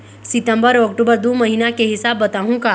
सितंबर अऊ अक्टूबर दू महीना के हिसाब बताहुं का?